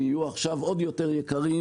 יהיו עכשיו עוד יותר יקרים